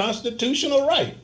constitutional right